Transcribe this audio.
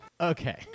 Okay